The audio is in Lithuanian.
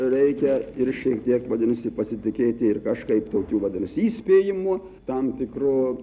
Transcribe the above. reikia ir šiek tiek vadinasi pasitikėti ir kažkaip tokiu vadinasi įspėjimu tam tikru